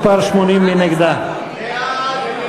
מי נגד?